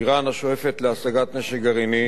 אירן, השואפת להשגת נשק גרעיני